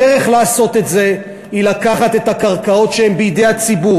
הדרך לעשות את זה היא לקחת את הקרקעות שהן בידי הציבור,